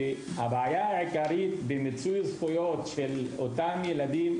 שהבעיה העיקרית היא במיצוי זכויות של אותם ילדים.